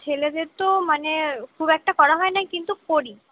ছেলেদের তো মানে খুব একটা করা হয় না কিন্তু করি